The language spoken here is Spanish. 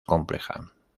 compleja